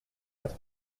être